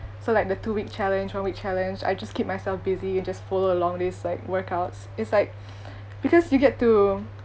so like the two week challenge one week challenge I just keep myself busy and just follow along these like workouts is like because you get to